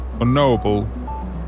Unknowable